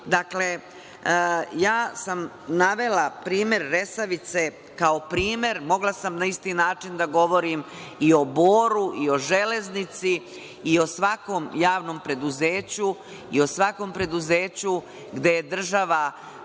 Dakle, ja sam navela primer „Resavice“ kao primer. Mogla sam na isti način da govorim i o „Boru“ i o „Železnici“ i o svakom javnom preduzeću i o svakom preduzeću gde je država